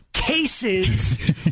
Cases